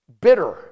Bitter